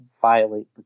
violate